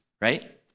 Right